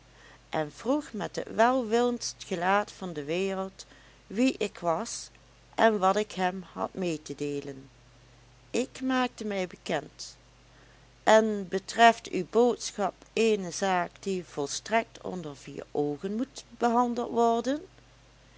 en vroeg met het welwillendst gelaat van de wereld wie ik was en wat ik hem had mee te deelen ik maakte mij bekend en betreft uw boodschap eene zaak die volstrekt onder vier oogen moet behandeld worden